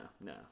no